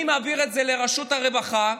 אני מעביר את זה לרשות הרווחה,